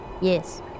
Yes